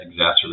exacerbate